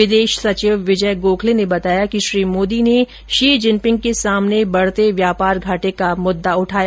विदेश सचिव विजय गोखले ने बताया कि श्री मोदी ने श्री जिनपिंग के सामने बढ़ते व्यापार घाटे का मुद्दा उठाया